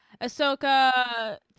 Ahsoka